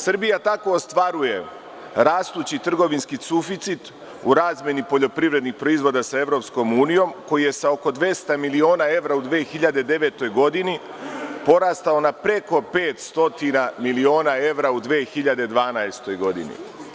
Srbija tako ostvaruje rastući trgovinski suficit u razmeni poljoprivrednih proizvoda sa EU koji je sa oko 200 miliona evra u 2009. godini porastao na preko 500 miliona evra u 2012. godini.